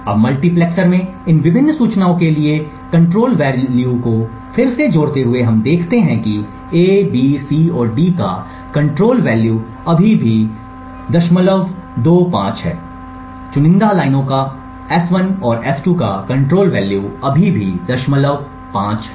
अब मल्टीप्लेक्स में इन विभिन्न सूचनाओं के लिए कंट्रोल वैल्यू को फिर से जोड़ते हुए हम देखते हैं कि A B C और D का कंट्रोल वैल्यू अभी भी 025 है चुनिंदा लाइनों S1 और S2 का कंट्रोल वैल्यू अभी भी 05 है